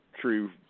true